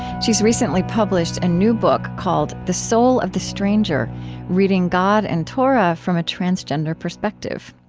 she's recently published a new book called the soul of the stranger reading god and torah from a transgender perspective.